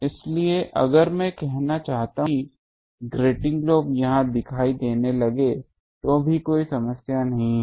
इसलिए अगर मैं यह कहना चाहता हूं कि भले ही ग्रेटिंग लोब यहां दिखाई देने लगे तो भी कोई समस्या नहीं है